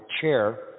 chair